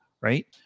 right